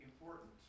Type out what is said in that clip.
important